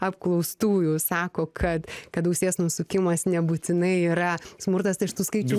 apklaustųjų sako kad kad ausies nusukimas nebūtinai yra smurtas tai aš tų skaičių